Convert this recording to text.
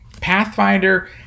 pathfinder